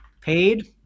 paid